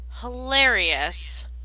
Hilarious